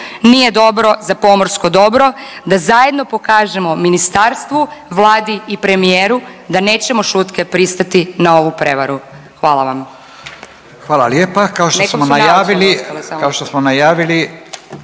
Nije dobro za pomorsko dobro, da zajedno pokažemo ministarstvu, Vladi i premijeru da nećemo šutke pristati na ovu prevaru. Hvala vam. **Radin, Furio (Nezavisni)**